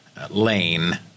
lane